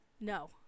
No